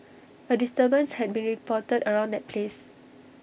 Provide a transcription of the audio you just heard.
A disturbance had been reported around that place